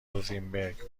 وینبرگ